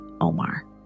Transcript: Omar